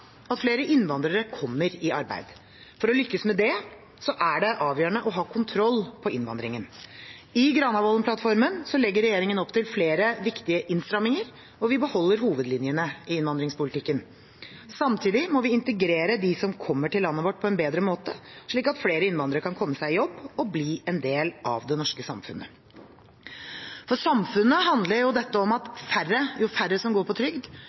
at flere innvandrere kommer i arbeid. For å lykkes med det er det avgjørende å ha kontroll på innvandringen. I Granavolden-plattformen legger regjeringen opp til flere viktige innstramminger, og vi beholder hovedlinjene i innvandringspolitikken. Samtidig må vi integrere dem som kommer til landet vårt, på en bedre måte, slik at flere innvandrere kan komme seg i jobb og bli en del av det norske samfunnet. For samfunnet handler dette om at jo færre som går på trygd,